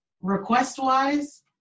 request-wise